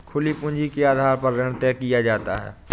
खुली पूंजी के आधार पर ऋण तय किया जाता है